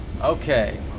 Okay